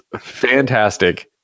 fantastic